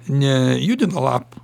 nejudino lapų